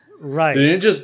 Right